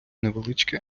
невеличке